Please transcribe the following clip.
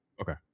Okay